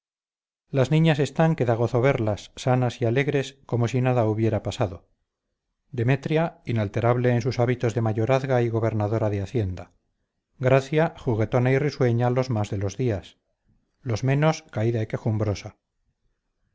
las niñas están que da gozo verlas sanas y alegres como si nada hubiera pasado demetria inalterable en sus hábitos de mayorazga y gobernadora de hacienda gracia juguetona y risueña los más de los días los menos caída y quejumbrosa